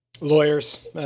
Lawyers